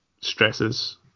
stresses